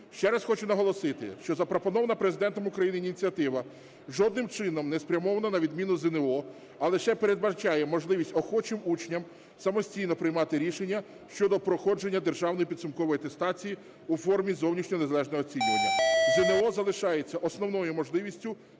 Ще раз хочу наголосити, що запропонована Президентом України ініціатива жодним чином не спрямована на відміну ЗНО, а лише передбачає можливість охочим учням самостійно приймати рішення щодо проходження державної підсумкової атестації у формі зовнішнього незалежного оцінювання. ЗНО залишається основною можливістю